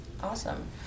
Awesome